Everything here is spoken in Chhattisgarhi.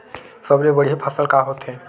सबले बढ़िया फसल का होथे?